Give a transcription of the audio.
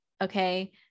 okay